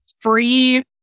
free